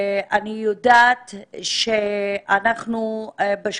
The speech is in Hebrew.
אני יודעת שאנחנו טיפלנו,